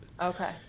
Okay